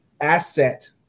asset